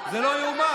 זה לא יאומן.